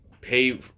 pay